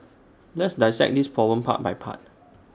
let's dissect this problem part by part